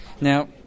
Now